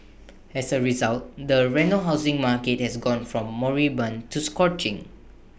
as A result the Reno housing market has gone from moribund to scorching